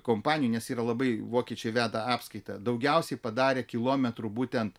kompanijų nes yra labai vokiečiai veda apskaitą daugiausiai padarė kilometrų būtent